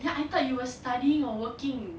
ya I thought you were studying or working